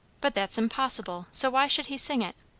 but that's impossible so why should he sing it?